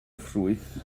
ffrwyth